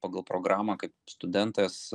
pagal programą kaip studentas